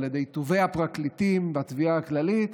על ידי טובי הפרקליטים בתביעה הכללית,